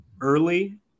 early